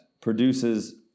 produces